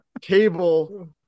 cable